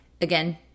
Again